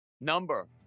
number